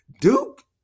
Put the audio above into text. Duke